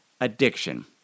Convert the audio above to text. addiction